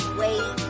wait